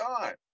time